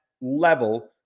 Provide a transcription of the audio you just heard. level